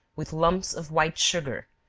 with lumps of white sugar,